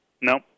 No